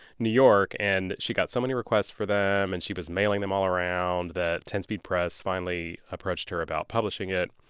new york. and she got so many requests for them and she was mailing them all around that ten speed press finally approached her about publishing it.